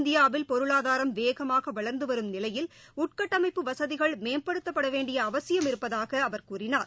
இந்தியாவில் பொருளாதாரம் வேகமாகவளா்ந்துவரும் நிலையில் உள்கட்டமைப்பு வசதிகள் மேம்படுத்தப்படவேண்டியஅவசியம் இருப்பதாகஅவர் கூறினார்